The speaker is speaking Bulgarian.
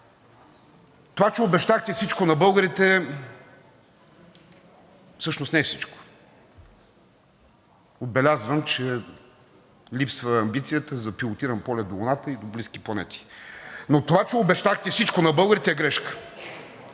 Това, че обещахте всичко на българите – всъщност не всичко, отбелязвам, че липсва амбицията за пилотиран полет до Луната и близки планети. Но това, че обещахте всичко на българите, е грешка.